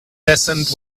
descent